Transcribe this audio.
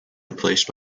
replaced